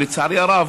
לצערי הרב,